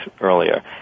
earlier